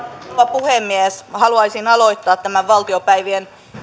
puhemies haluaisin aloittaa tämän valtiopäivien